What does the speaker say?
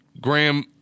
Graham